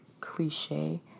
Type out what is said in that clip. cliche